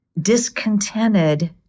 discontented